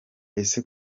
ese